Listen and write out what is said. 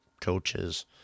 coaches